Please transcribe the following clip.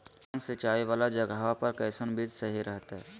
कम सिंचाई वाला जगहवा पर कैसन बीज सही रहते?